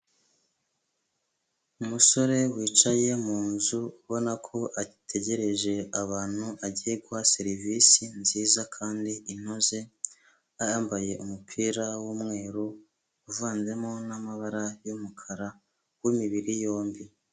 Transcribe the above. Umusore wicaye munzu ubona ko ategereje abantu agiye guha serivisi nziza kandi inoze akaba yambaye umupira w'umweru uvanzemo n'amabara y'umukara, w'imibiri yombi.